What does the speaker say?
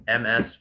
ms